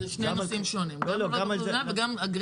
כל מה שאת